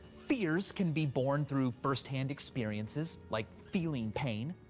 fears can be born through firsthand experiences, like feeling pain,